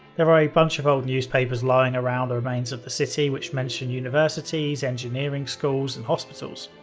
there are a bunch of old newspapers lying around the remains of the city which mention universities, engineering schools, and hospitals.